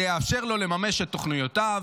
זה יאפשר לו לממש את תוכניותיו.